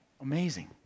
Amazing